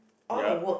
yup